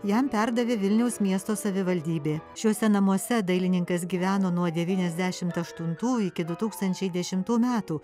jam perdavė vilniaus miesto savivaldybė šiuose namuose dailininkas gyveno nuo devyniasdešimt aštuntų iki du tūkstančiai dešimtų metų